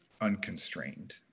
unconstrained